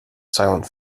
silent